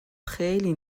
خیلی